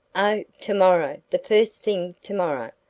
oh, to-morrow the first thing to-morrow!